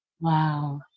Wow